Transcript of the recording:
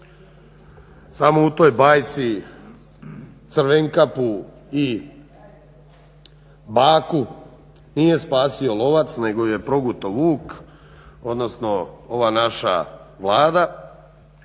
samo u toj banci Crvenkapu i baku nije spasio lovac nego ju je progutao vuk, odnosno ova naša Vlada.